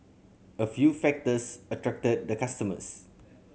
a few factors attracted the customers